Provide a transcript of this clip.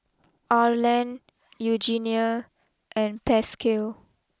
Arland Eugenia and Pasquale